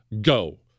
go